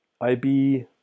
IB